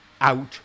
out